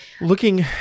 Looking